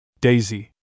Daisy